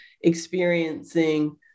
experiencing